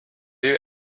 you